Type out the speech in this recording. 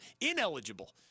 ineligible